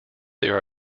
there